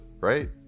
Right